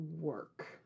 work